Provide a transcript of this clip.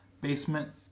Basement